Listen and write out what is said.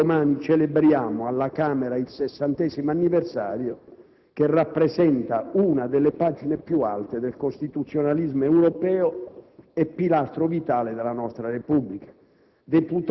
di cui domani celebreremo alla Camera il 60° anniversario, che rappresenta una delle pagine più alte del costituzionalismo europeo e pilastro vitale della nostra Repubblica.